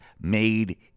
made